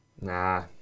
nah